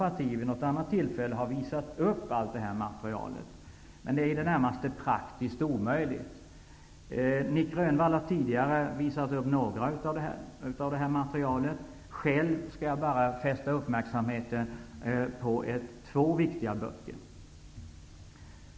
Jag skulle gärna vilja visa upp allt detta material, men det är i det närmaste praktiskt omöjligt. Nic Grönvall har tidigare visat upp några delar av detta material. Själv vill jag bara fästa uppmärksamheten på två viktiga böcker.